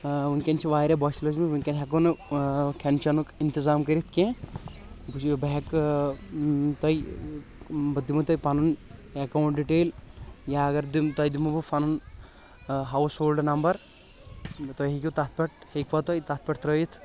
ؤنۍ کٮ۪ن چھِ واریاہ بۄچھِ لٔجمٕژ ؤنۍ کٮ۪ن ہٮ۪کو نہٕ کھٮ۪ن چٮ۪نُک انتظام کٔرتھ کینٛہہ بہٕ چھُس بہٕ ہٮ۪کہٕ تۄہہِ بہٕ دِمو تۄہہِ پنُن اکاونٹ ڈیٖٹیل یا اگر دِمہٕ بہٕ تۄہہِ دِمَو ونُن ہاوُس ہولڈٕ نمبر تُہۍ ہٮ۪کِو تتھ پٮ۪ٹھ ہٮ۪کوا تُہۍ تتہ پٮ۪ٹھ ترٛٲیِتھ